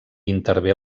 intervé